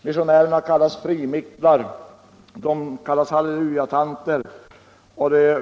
Missionärerna kallas frimicklare och hallelujatanter.